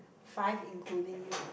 five including you ah